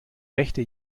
rechte